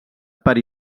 per